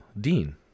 Dean